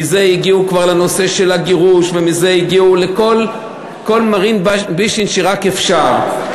מזה הגיעו כבר לנושא של הגירוש ומזה הגיעו לכל מרעין בישין שרק אפשר.